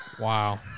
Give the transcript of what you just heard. Wow